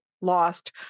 lost